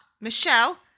Michelle